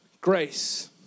Grace